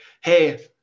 hey